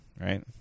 right